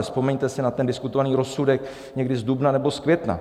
Vzpomeňte si na ten diskutovaný rozsudek někdy z dubna nebo z května.